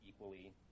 equally